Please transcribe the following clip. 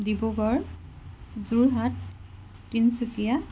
Dibrugarh Jorhat Tinsukia